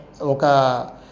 Oka